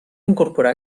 incorporar